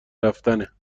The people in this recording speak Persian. رفتنه